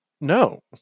no